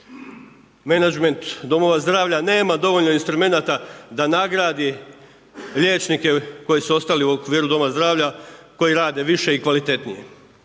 menadžment domova zdravlja nema dovoljno instrumenata da nagradi liječnika koji su ostali u okviru doma zdravlja, koji rade više i kvalitetnije.